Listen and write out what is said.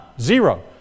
Zero